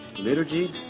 liturgy